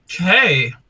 okay